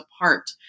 apart